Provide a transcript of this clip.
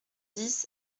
dix